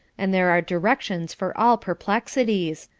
and there are directions for all perplexities.